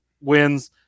wins